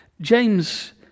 James